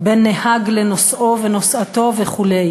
בין נהג לנוסעו ונוסעתו וכו'.